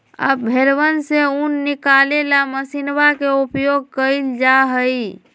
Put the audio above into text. अब भेंड़वन से ऊन निकाले ला मशीनवा के उपयोग कइल जाहई